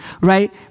right